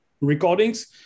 recordings